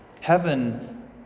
Heaven